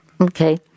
Okay